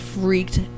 Freaked